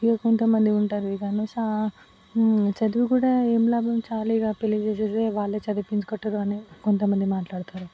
ఇగ కొంతమంది ఉంటారు ఇక చదువు కూడా ఏం లాభం చాలు ఇంక పెళ్ళి చేసేస్తే వాళ్ళే చదివిపించుకుంటారు అని కొంతమంది మాట్లాడుతారు